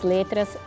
Letras